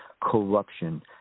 corruption